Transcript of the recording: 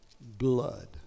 blood